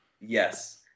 Yes